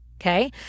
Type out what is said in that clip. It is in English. okay